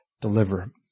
Deliver